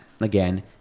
Again